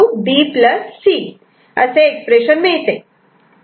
B C असे expression मिळते